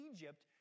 Egypt